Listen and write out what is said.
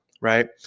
right